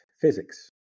physics